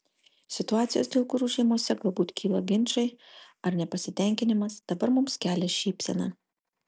situacijos dėl kurių šeimose galbūt kyla ginčai ar nepasitenkinimas dabar mums kelia šypseną